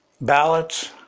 ballots